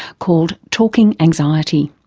called talking anxiety.